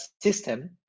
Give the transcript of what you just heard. system